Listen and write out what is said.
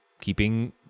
keeping